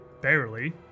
Barely